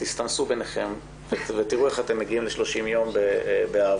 תסתמסו ביניכם ותראו איך אתם מגיעים ל-30 יום באהבה.